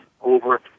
over